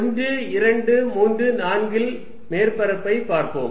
1 2 3 4 இல் மேற்பரப்பை பார்ப்போம்